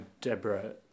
Deborah